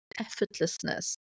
effortlessness